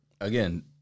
again